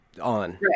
on